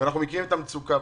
אנחנו מכירים את המצוקה,